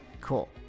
Cool